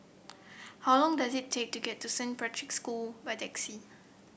how long does it take to get to Saint Patrick's School by taxi